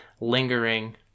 Lingering